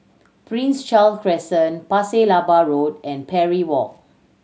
Prince Charles Crescent Pasir Laba Road and Parry Walk